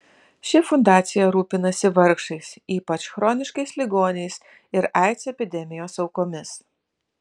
ši fundacija rūpinasi vargšais ypač chroniškais ligoniais ir aids epidemijos aukomis